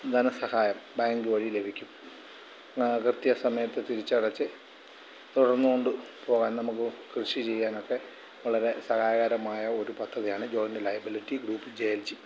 ധനസഹായം ബാങ്ക് വഴി ലഭിക്കും കൃത്യസമയത്ത് തിരിച്ചടച്ചു തുടർന്നുകൊണ്ടു പോകാൻ നമുക്ക് കൃഷി ചെയ്യാനൊക്കെ വളരെ സഹായകരമായ ഒരു പദ്ധതിയാണ് joint liability group J L G